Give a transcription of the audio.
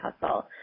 hustle